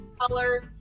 color